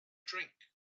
drink